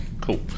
Cool